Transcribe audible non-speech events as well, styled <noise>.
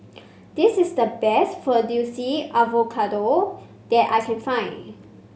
this is the best Fettuccine <unintelligible> that I can find